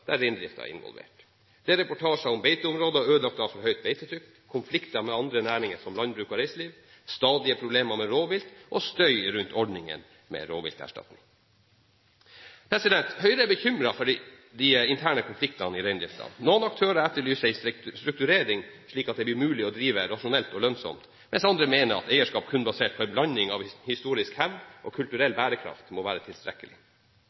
der reindriften er involvert. Det er reportasjer om beiteområder ødelagt av for høyt beitetrykk, konflikter med andre næringer som landbruk og reiseliv, stadige problemer med rovvilt og støy rundt ordningen med rovvilterstatning. Høyre er bekymret for de interne konfliktene i reindriften. Noen aktører etterlyser en strukturering, slik at det blir mulig å drive rasjonelt og lønnsomt, mens andre mener eierskap kun basert på en blanding av historisk hevd og kulturell bærekraft må være tilstrekkelig.